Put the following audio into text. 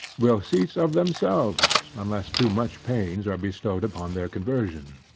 will cease of themselves unless too much pains are bestowed upon their conversion.